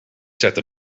zette